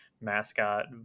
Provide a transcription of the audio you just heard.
mascot